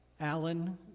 Alan